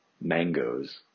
mangoes